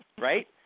Right